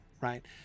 right